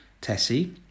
Tessie